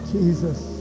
Jesus